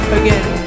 again